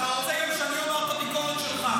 אתה רוצה גם שאני אומר את הביקורת שלך.